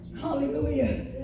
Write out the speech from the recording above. Hallelujah